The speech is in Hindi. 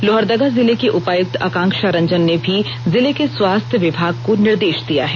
लोहरदगा जिले की उपायुक्त आकांक्षा रंजन ने भी जिले के स्वास्थ्य विभाग को निर्देष दिया है